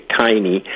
tiny